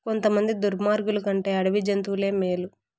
కొంతమంది దుర్మార్గులు కంటే అడవి జంతువులే మేలు